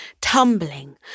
tumbling